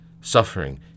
suffering